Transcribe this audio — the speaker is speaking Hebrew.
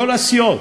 כל הסיעות.